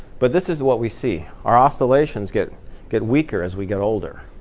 but this is what we see. our oscillations get get weaker as we get older.